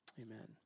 amen